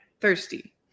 Thirsty